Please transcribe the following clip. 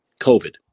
COVID